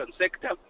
sector